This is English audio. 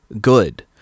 good